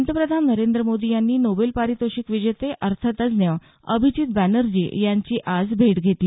पंतप्रधान नरेंद्र मोदी यांनी नोबेल पारितोषिक विजेते अर्थतज्ज्ञ अभिजीत बॅनर्जी यांची आज भेटली